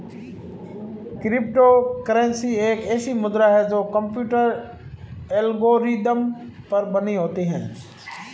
crypto currency एक ऐसी मुद्रा है जो कंप्यूटर एल्गोरिदम पर बनी होती है